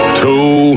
two